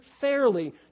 fairly